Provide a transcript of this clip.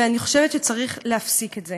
ואני חושבת שצריך להפסיק את זה.